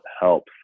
helps